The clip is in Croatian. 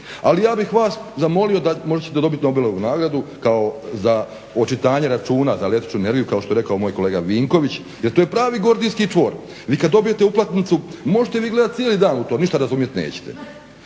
Ali ja bih vas zamolio, možda ćete dobiti Nobelovu nagradu kao za očitanje računa za električnu energiju kao što je rekao moj kolega Vinković, jer to je pravi gordijski čvor. Vi kad dobijete uplatnicu možete vi gledati cijeli dan u to, ništa razumjeti nećete.